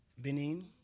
Benin